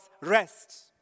rest